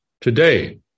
today